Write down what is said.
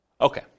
Okay